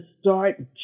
start